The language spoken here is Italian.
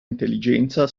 intelligenza